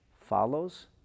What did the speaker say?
follows